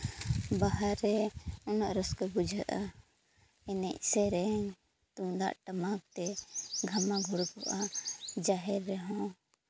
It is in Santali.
ᱵᱟᱦᱟᱨᱮ ᱨᱮ ᱩᱱᱟᱹᱜ ᱨᱟᱹᱥᱠᱟᱹ ᱵᱩᱡᱷᱟᱹᱜᱼᱟ ᱮᱱᱮᱡ ᱥᱮᱨᱮᱧ ᱛᱩᱢᱫᱟᱜ ᱴᱟᱢᱟᱠ ᱛᱮ ᱜᱷᱟᱢᱟ ᱜᱷᱩᱨ ᱠᱚᱜᱼᱟ ᱡᱟᱦᱮᱨ ᱨᱮᱦᱚᱸ